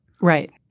Right